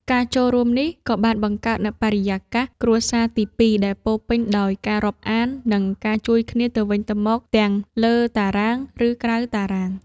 ការចូលរួមនេះ ក៏បានបង្កើតនូវបរិយាកាសគ្រួសារទីពីរដែលពោរពេញដោយការរាប់អាន និងការជួយគ្នាទៅវិញទៅមកទាំងលើតារាង ឬក្រៅតារាង។